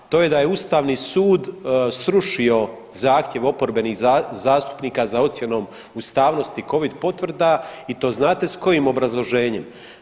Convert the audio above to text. To je da je Ustavni sud srušio zahtjev oporbenih zastupnika za ocjenom ustavnosti Covid potvrda i to znate s kojim obrazloženjem.